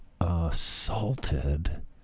assaulted